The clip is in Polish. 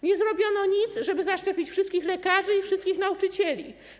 Nie zrobiono nic, żeby zaszczepić wszystkich lekarzy i wszystkich nauczycieli.